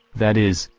that is,